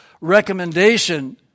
recommendation